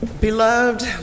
Beloved